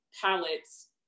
palettes